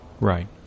Right